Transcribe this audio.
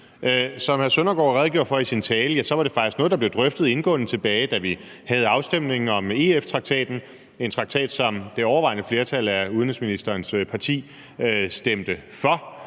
Søren Søndergaard redegjorde for i sin tale, var det faktisk noget, der blev drøftet indgående, tilbage da vi havde afstemningen om EF-traktaten – en traktat, som et overvejende flertal af udenrigsministerens parti stemte for.